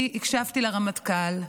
אני הקשבתי לרמטכ"ל,